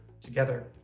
together